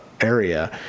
area